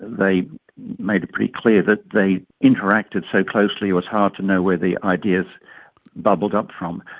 they made it pretty clear that they interacted so closely it was hard to know where the ideas bubbled up from.